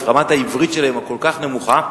רמת העברית שלהן כל כך נמוכה,